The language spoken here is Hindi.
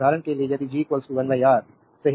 उदाहरण के लिए यदि G 1 R सही